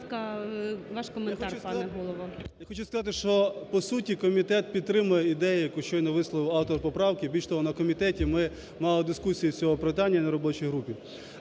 Я хочу сказати, що по суті комітет підтримує ідею, яку щойно висловив автор поправки. Більш того, на комітеті ми мали дискусію з цього питання на робочій групі,